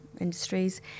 industries